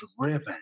driven